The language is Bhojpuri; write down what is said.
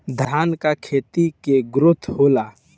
धान का खेती के ग्रोथ होला?